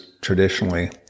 traditionally